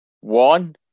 One